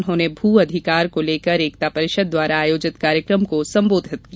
उन्होंने भू अधिकार को लेकर एकता परिषद द्वारा आयोजित कार्यक्रम को संबोधित किया